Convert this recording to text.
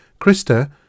Krista